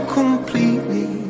completely